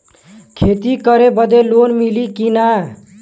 खेती करे बदे लोन मिली कि ना?